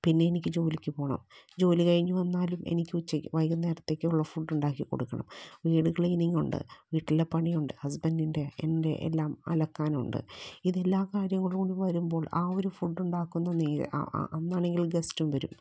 പിന്നെ എനിക്ക് ജോലിക്ക് പോകണം ജോലി കഴിഞ്ഞ് വന്നാലും എനിക്ക് ഉച്ചക്ക് വൈകുന്നേരത്തേക്കുള്ള ഫുഡ് ഉണ്ടാക്കി കൊടുക്കണം വീട് ക്ലീനിങ് ഉണ്ട് വീട്ടിലെ പണിയുണ്ട് ഹസ്ബൻഡിൻ്റെ എൻ്റെ എല്ലാം അലക്കാനുണ്ട് ഇതെല്ലാക്കാര്യങ്ങളൂടി വരുമ്പോൾ ആ ഒരു ഫുഡ് ഉണ്ടാക്കുന്ന നേരം അ അ അന്നാണെങ്കിൽ ഗസ്റ്റും വരും